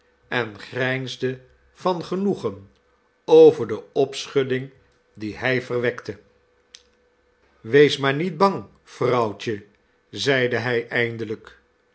en grijnsde van genoegen over de opschudding die hij verwekte kit betrekt zijn dienst bij den iieer garland wees maar niet bang vrouwtje zeide hij eindelijk